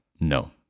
No